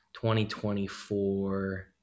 2024 –